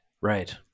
Right